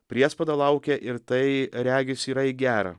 priespauda laukia ir tai regis yra į gerą